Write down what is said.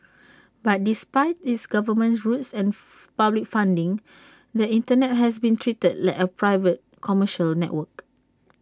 but despite its government roots and public funding the Internet has been treated like A private commercial network